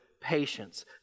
patience